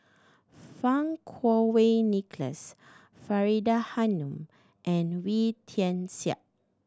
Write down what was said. Fang Kuo Wei Nicholas Faridah Hanum and Wee Tian Siak